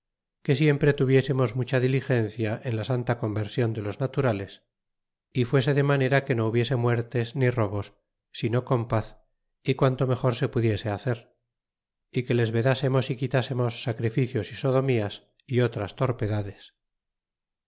que siempre tuviésemos mucha diligencia en la santa conversion de los naturales é fuese de manera que no hubiese muertes ni robos sino con paz y quanto mejor se pudiese hacer é que les vedásemos y quitásemos sacrificios y sodomías y otras